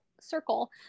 circle